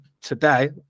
today